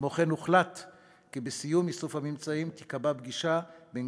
כמו כן הוחלט כי בסיום איסוף הממצאים תיקבע פגישה בין